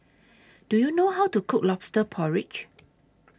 Do YOU know How to Cook Lobster Porridge